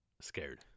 Scared